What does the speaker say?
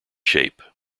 shape